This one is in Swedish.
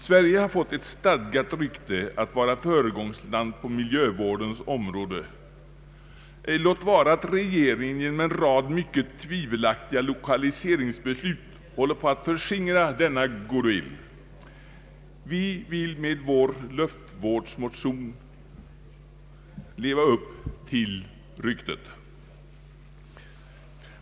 Sverige har fått ett stadgat rykte att vara föregångsland på miljövårdens område, låt vara att regeringen genom en rad mycket tvivelaktiga lokaliseringsbeslut håller på att förskingra denna goodwill, Vi vill med vår luftvårdsmotion leva upp till ryktet.